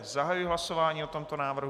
Zahajuji hlasování o tomto návrhu.